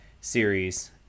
series